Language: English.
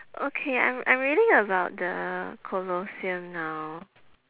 okay I'm I'm reading about the colosseum now